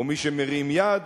או מי שמרים יד,